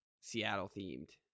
Seattle-themed